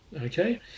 okay